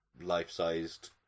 life-sized